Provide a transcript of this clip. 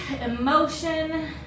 emotion